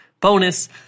bonus